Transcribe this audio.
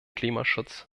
klimaschutz